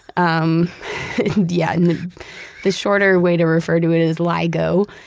um yeah and the shorter way to refer to it as ligo,